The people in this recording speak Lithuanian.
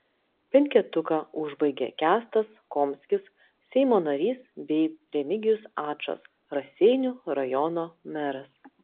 penketuką užbaigia kęstas komskis seimo narys bei remigijus ačas raseinių rajono meras